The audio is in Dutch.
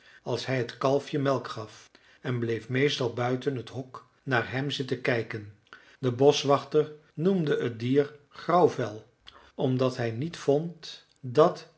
als hij het kalfje melk gaf en bleef meestal buiten het hok naar hem zitten kijken de boschwachter noemde het dier grauwvel omdat hij niet vond dat